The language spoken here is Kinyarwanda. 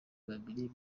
babiri